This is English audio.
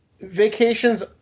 vacations